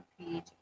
page